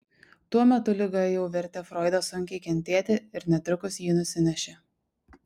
tuo metu liga jau vertė froidą sunkiai kentėti ir netrukus jį nusinešė